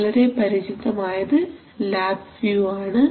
വളരെ പരിചിതമായത് lab view ആണ്